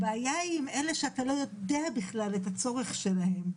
הבעיה היא עם אלה שאתה לא יודע בכלל את הצורך שלהם.